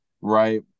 right